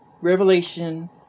revelation